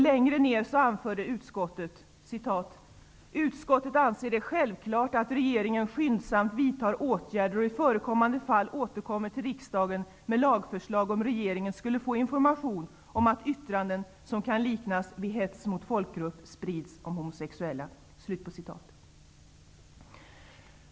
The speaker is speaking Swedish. Längre ner anför utskottet: ''Utskottet anser det självklart att regeringen skyndsamt vidtar åtgärder och i förekommande fall återkommer till riksdagen med lagförslag, om regeringen skulle få information om att yttranden som kan liknas vid hets mot folkgrupp sprids om homosexuella.''